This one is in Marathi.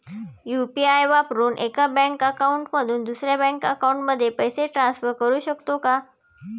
यु.पी.आय वापरून एका बँक अकाउंट मधून दुसऱ्या बँक अकाउंटमध्ये पैसे ट्रान्सफर करू शकतो का?